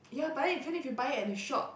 ya but then even if you buy it at the shop